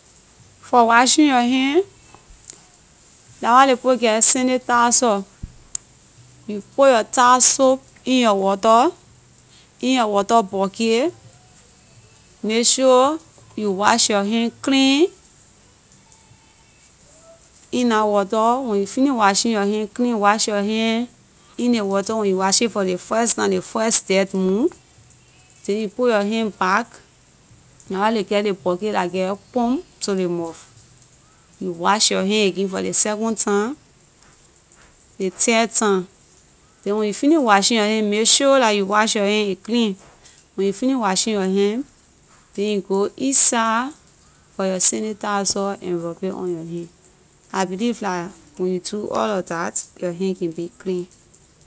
For washing your hand la why ley people get sanitizer you put your time soap in your water in your water bucky make sure you wash your hand clean in la water when you finish washing your hand clean wash your hand in ley water when you wash it for ley first time ley first dirt move then you put your hand back la why ley get ley bucky la get pump to ley mouth you wash your hand again for ley second time ley third time then when you finish washing your hand make sure la you wash your hand a clean when you finish washing your hand then you go inside for your sanitizer and rub it on your hand I believe that when you do all of that your hand can be clean